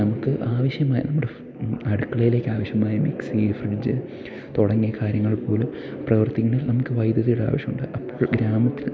നമുക്ക് ആവശ്യമായ നമ്മുടെ അടുക്കളയിലേക്ക് ആവശ്യമായ മിക്സി ഫ്രിഡ്ജ് തുടങ്ങിയ കാര്യങ്ങൾ പോലും പ്രവർത്തിക്കണമെങ്കിൽ നമുക്ക് വൈദ്യുതിയുടെ ആവശ്യമുണ്ട് അപ്പോൾ ഗ്രാമത്തിൽ